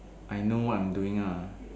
I know what I'm doing ah